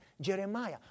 Jeremiah